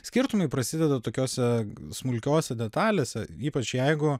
skirtumai prasideda tokiose smulkiose detalėse ypač jeigu